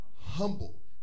Humble